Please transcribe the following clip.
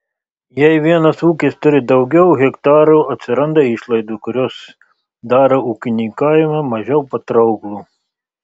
jei vienas ūkis turi daugiau hektarų atsiranda išlaidų kurios daro ūkininkavimą mažiau patrauklų